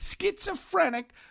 schizophrenic